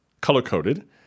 color-coded